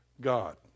God